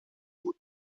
und